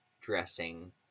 dressing